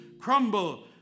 crumble